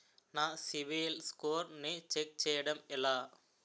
నా సిబిఐఎల్ ని ఛెక్ చేయడం ఎలా?